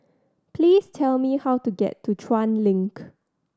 please tell me how to get to Chuan Link